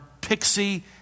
Pixie